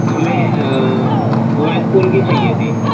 ہمیں وائرپول کی چاہیے تھی